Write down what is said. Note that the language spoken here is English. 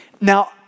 Now